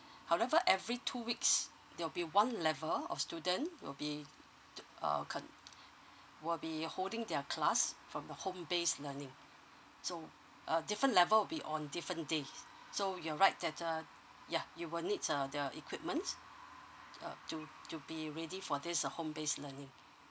however every two weeks there will be one level of students will be uh will be holding their class from home based learning so a different level will be on different days so you're right that uh yeah you will need err the equipment uh to to be ready for this uh home based learning